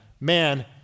Man